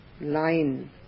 line